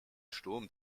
sturm